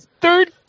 Third